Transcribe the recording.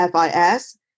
FIS